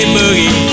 Boogie